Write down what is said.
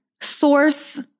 source